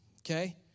Okay